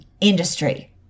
industry